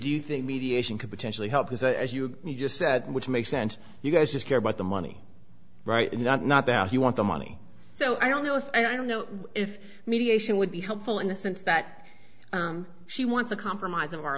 do you think mediation could potentially help you say as you and me just said which make sense you guys just care about the money right not not that you want the money so i don't know if i don't know if mediation would be helpful in the sense that she wants a compromise of our